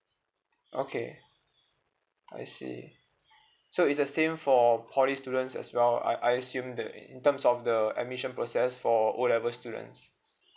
okay I see so is the same for poly students as well I I assume that in terms of the admission process for O level students